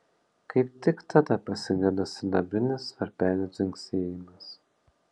kaip tik tada pasigirdo sidabrinis varpelių dzingsėjimas